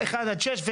אחד עד שש.